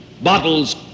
Bottles